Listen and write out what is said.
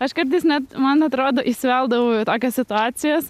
aš kartais net man atrodo įsiveldavau į tokias situacijas